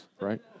right